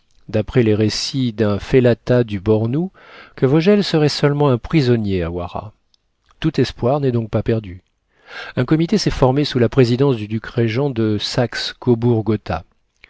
daprès les récits d'un fellatah du bornou que vogel serait seulement un prisonnier à wara tout espoir n'est donc pas perdu un comité s'est formé sous la présidence du duc régent de saxe cobourg gotha